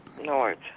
North